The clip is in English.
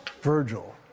Virgil